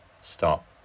stop